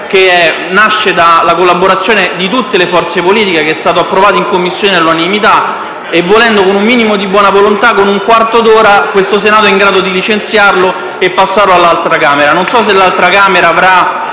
e nasce da una collaborazione di tutte le forze politiche. È stato approvato in Commissione all'unanimità e, volendo, con un minimo di buona volontà, in un quarto d'ora il Senato è in grado di licenziarlo e passarlo all'altra Camera.